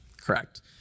correct